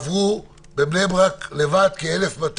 ובבני ברק לבד עברו כ-1,200